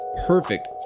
Perfect